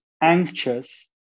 anxious